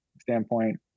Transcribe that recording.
standpoint